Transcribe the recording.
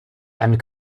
and